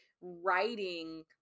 writing